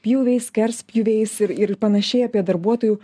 pjūviais skerspjūviais ir ir panašiai apie darbuotojų